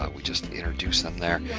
ah we just introduced them there.